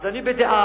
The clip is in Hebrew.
אז אני בדעה,